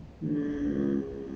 !aiya! 很久了